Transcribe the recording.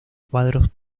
cuadros